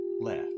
left